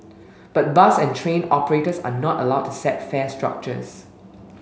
but bus and train operators are not allowed to set fare structures